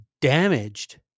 damaged